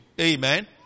Amen